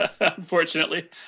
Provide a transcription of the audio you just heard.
Unfortunately